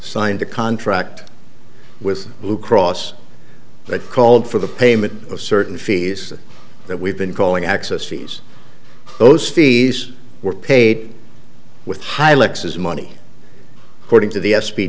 signed a contract with blue cross but called for the payment of certain fees that we've been calling access fees those fees were paid with high lex's money according to the s